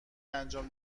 انجام